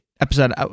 episode